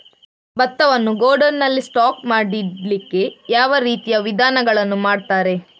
ಭತ್ತವನ್ನು ಗೋಡೌನ್ ನಲ್ಲಿ ಸ್ಟಾಕ್ ಮಾಡಿ ಇಡ್ಲಿಕ್ಕೆ ಯಾವ ರೀತಿಯ ವಿಧಾನಗಳನ್ನು ಮಾಡ್ತಾರೆ?